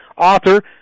author